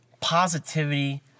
positivity